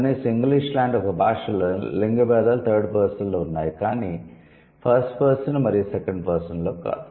కనీసం ఇంగ్లీషు లాంటి ఒక భాషలో లింగ భేదాలు థర్డ్ పర్సన్ లో ఉన్నాయి కాని ఫస్ట్ పర్సన్ మరియు సెకండ్ పర్సన్ లో కాదు